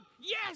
yes